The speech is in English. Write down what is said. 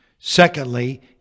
Secondly